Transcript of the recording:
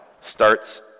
starts